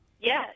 Yes